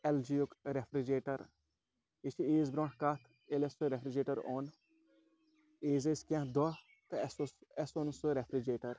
L G یُک refrigerator یہِ چھِ عیٖذ برونٛہہ کَتھ ییٚلہِ اَسِہ سُہ رٮ۪فرِجریٹَر اوٚن عیٖذ ٲسۍ کینٛہہ دۄہ تہٕ اَسِہ اوس اَسِہ اوٚن سُہ رٮ۪فرِجریٹَر